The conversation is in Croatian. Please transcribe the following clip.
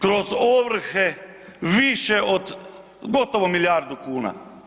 Kroz ovrhe više od gotovo milijardu kuna.